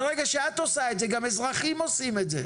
ברגע שאת עושה את זה, גם אזרחים עושים את זה.